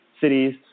cities